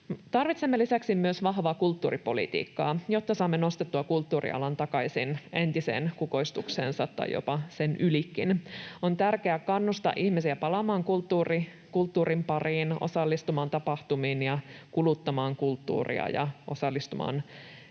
Tarvitsemme lisäksi vahvaa kulttuuripolitiikkaa, jotta saamme nostettua kulttuurialan takaisin entiseen kukoistukseensa tai jopa sen ylikin. On tärkeää kannustaa ihmisiä palaamaan kulttuurin pariin, osallistumaan tapahtumiin ja kuluttamaan kulttuuria ja osallistumaan